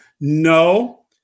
No